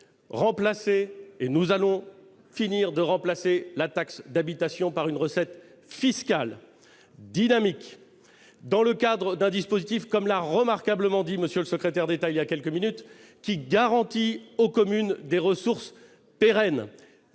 nous allons finir de remplacer la taxe d'habitation par une recette fiscale dynamique, dans le cadre d'un dispositif, qui, comme l'a remarquablement expliqué M. le secrétaire d'État voilà quelques minutes, garantit aux communes des ressources pérennes.